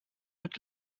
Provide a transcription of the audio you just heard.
mit